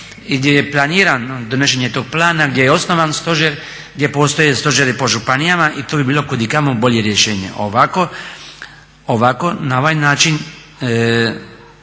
i gdje je planirano donošenje tog plana, gdje je osnovan stožer, gdje postoje stožeri po županijama i to bi bilo kudikamo bolje rješenje. Ovako na ovaj način